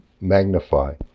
magnify